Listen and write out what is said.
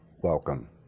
welcome